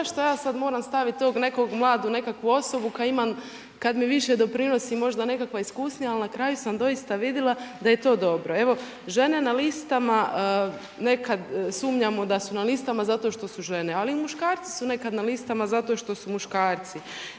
zašto ja sada moram staviti tog nekog mladog, nekakvu osobu koju imam kada mi više doprinosi možda nekakva iskusnija ali na kraju sam doista vidjela da je to dobro. Evo žene na listama, nekada sumnjamo da su na listama zato što su žene. Ali i muškarci su nekada na listama zato što su muškarci.